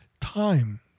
Time